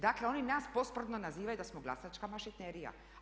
Dakle oni nas posprdno nazivaju da smo glasačka mašinerija.